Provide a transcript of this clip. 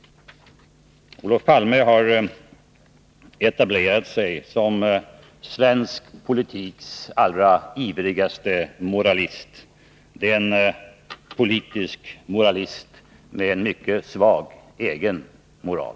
Olof Palme har etablerat sig som svensk politiks allra ivrigaste moralist. Det är en politisk moralist med en mycket skral egen moral.